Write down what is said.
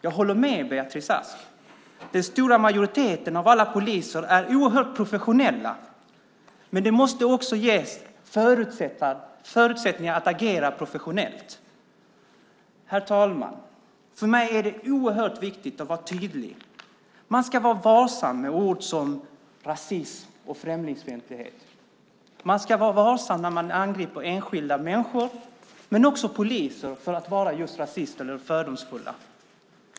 Jag håller med Beatrice Ask om att den stora majoriteten av alla poliser är oerhört professionell. Men det måste också ges förutsättningar att agera professionellt. Herr talman! För mig är det oerhört viktigt att vara tydlig. Man ska vara varsam med ord som rasism och främlingsfientlighet. Man ska vara varsam när man angriper enskilda människor men också poliser för att vara just rasister eller fördomsfulla.